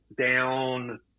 down